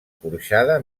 porxada